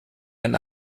ein